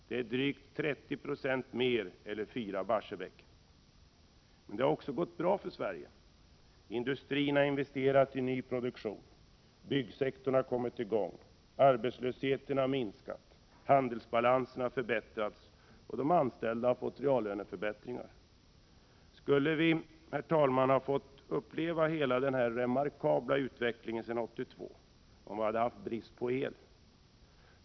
Det är drygt 30 96 mer eller fyra stycken Barsebäck. Men det har också gått bra för Sverige. Industrin har investerat i ny produktion. Byggsektorn har kommit i gång. Arbetslösheten har minskat. Handelsbalansen har förbättrats. De anställda har fått reallöneförbättringar. Skulle vi, herr talman, ha fått uppleva denna remarkabla utveckling sedan 1982 om vi hade haft brist på el?